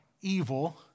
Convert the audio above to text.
evil